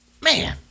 man